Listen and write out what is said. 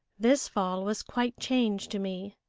this fall was quite changed to me.